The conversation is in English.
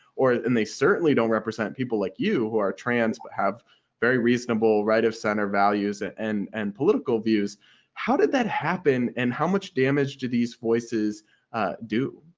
or, and they certainly don't represent people like you who are trans, who but have very reasonable right-of-centre values and and and political views. how did that happen, and how much damage do these voices do?